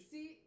See